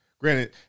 Granted